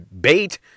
bait